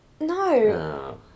No